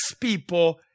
people